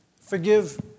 forgive